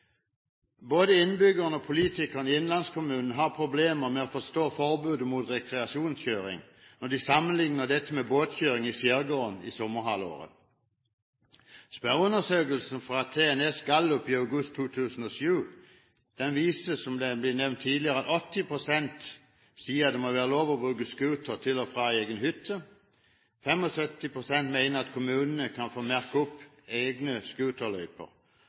Både innbyggerne og politikerne i innlandskommunen har problemer med å forstå forbudet mot rekreasjonskjøring når de sammenlikner dette med båtkjøring i skjærgården i sommerhalvåret. Spørreundersøkelsen fra TNS Gallup i august 2007 viser, som det er nevnt tidligere, at 80 pst. sier det må være lov å bruke scooter til og fra egen hytte, 75 pst. mener at kommunene kan få merke opp egne